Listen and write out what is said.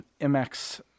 MX